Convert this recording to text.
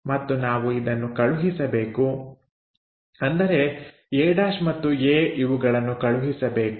ಮತ್ತು ನಾವು ಇದನ್ನು ಕಳುಹಿಸಬೇಕು ಅಂದರೆ a' ಮತ್ತು a ಇವುಗಳನ್ನು ಕಳುಹಿಸಬೇಕು